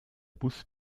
bus